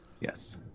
Yes